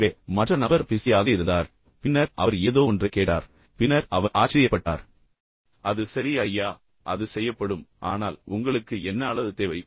எனவே மற்ற நபர் பிஸியாக இருந்தார் பின்னர் அவர் ஏதோ ஒன்றை கேட்டார் பின்னர் அவர் ஆச்சரியப்பட்டார் அது சரி ஐயா அது செய்யப்படும் ஆனால் உங்களுக்கு என்ன அளவு தேவை